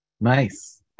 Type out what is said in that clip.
Nice